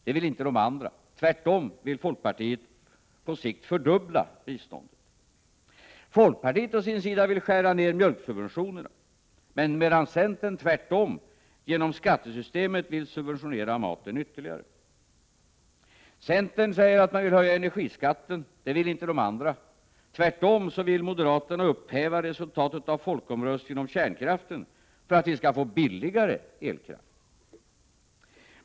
Det vill inte de andra. Tvärtom vill folkpartiet på sikt fördubbla biståndet. Folkpartiet vill skära ned mjölksubventionerna. Centern vill tvärtom genom skattesystemet subventionera maten ytterligare. Centern vill höja energiskatten. Det vill inte de andra. Tvärtom vill moderaterna upphäva resultatet av folkomröstningen om kärnkraften för att få billigare el.